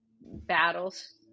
battles –